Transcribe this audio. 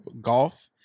golf